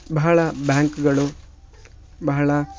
ಬಹಳ ಬ್ಯಾಂಕ್ಗಳು ಬಹಳ